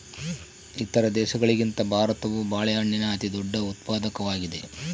ಇತರ ದೇಶಗಳಿಗಿಂತ ಭಾರತವು ಬಾಳೆಹಣ್ಣಿನ ಅತಿದೊಡ್ಡ ಉತ್ಪಾದಕವಾಗಿದೆ